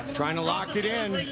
trying to lock it in.